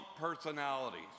personalities